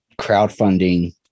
crowdfunding